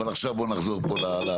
אבל עכשיו בוא נחזור פה.